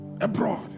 Abroad